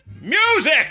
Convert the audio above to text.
Music